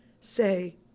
say